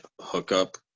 hookup